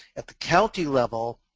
at the county level,